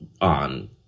on